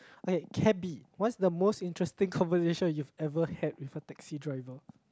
okay cabby what's the most interesting conversation you've ever had with a taxi driver